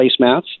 placemats